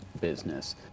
business